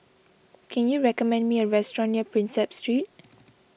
can you recommend me a restaurant near Prinsep Street